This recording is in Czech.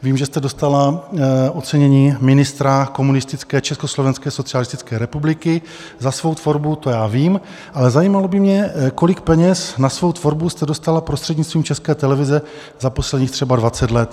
Vím, že jste dostala ocenění ministra komunistické Československé socialistické republiky za svou tvorbu, to já vím, ale zajímalo by mě, kolik peněz na svou tvorbu jste dostala prostřednictvím České televize za posledních třeba 20 let.